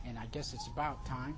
and i guess it's about time